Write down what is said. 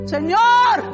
Señor